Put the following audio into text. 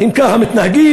אם ככה מתנהגים,